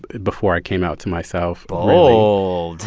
before i came out to myself. bold